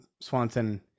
Swanson